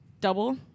double